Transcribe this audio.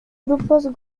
grupos